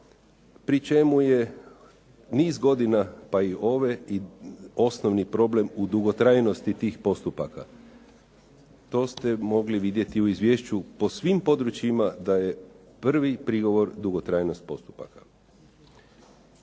pri čemu je niz godina pa i ove i osnovni problem u dugotrajnosti tih postupaka. To ste mogli vidjeti u izvješću po svim područjima da je prvi prigovor dugotrajnost postupaka.